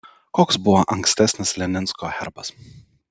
koks buvo ankstesnis leninsko herbas